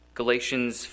Galatians